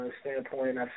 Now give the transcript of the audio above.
standpoint